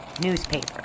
newspaper